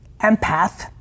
empath